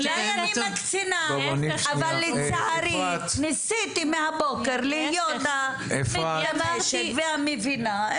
אולי אני מקצינה אבל לצערי ניסיתי מהבוקר להיות המתגמשת והמבינה.